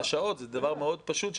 יש דבר מאוד פשוט,